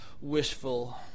wishful